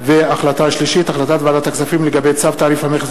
החלטת ועדת הכספים לגבי צו תעריף המכס